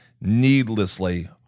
needlessly